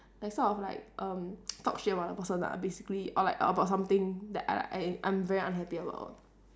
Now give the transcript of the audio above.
like sort of like um talk shit about the person ah basically or like about something that I I I'm very unhappy about